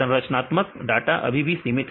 संरचनात्मक डाटा अभी भी सीमित है